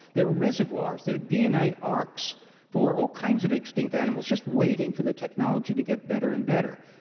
they are reservoirs, they are dna arks for all kinds of extinct animals just waiting for the technology to get better and better.